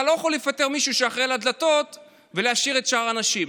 אתה לא יכול לפטר מישהו שאחראי לדלתות ולהשאיר את שאר האנשים,